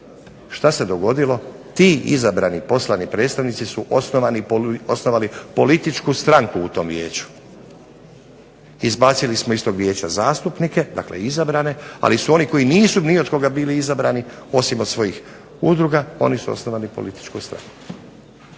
Šta se dogodilo? Ti izabrani, poslani predstavnici su osnovali političku stranku u tom Vijeću, izbacili smo iz tog vijeća zastupnike, dakle izabrane, ali su oni koji nisu ni od koga bili izabrani, osim od svojih udruga, oni su osnovali političku stranku.